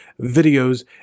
videos